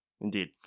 indeed